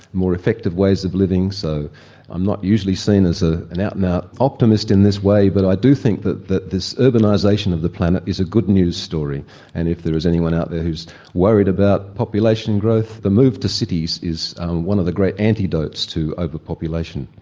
more effective ways of living. so i'm not usually seen as ah an out and out optimist in this way, but i do think that that this urbanisation of the planet is a good news story and if there is anyone out there who is worried about population growth the move to cities is one of the great antidotes to over-population.